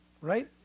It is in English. right